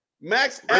Max